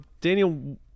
Daniel